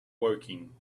woking